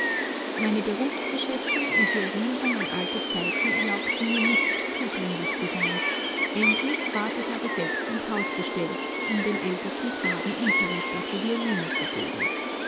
meine berufsgeschäfte und die erinnerung an alte zeiten erlaubten mir nicht zudringlich zu sein endlich ward ich aber selbst ins haus bestellt um dem ältesten knaben unterricht auf der violine zu geben